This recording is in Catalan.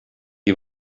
qui